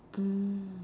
mm